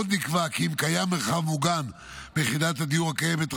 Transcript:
עוד נקבע כי אם קיים מרחב מוגן ביחידת הדיור הקיימת,